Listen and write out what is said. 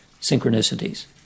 synchronicities